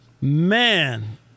Man